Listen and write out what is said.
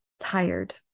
tired